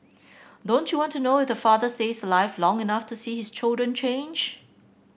don't you want to know if the father stays alive long enough to see his children change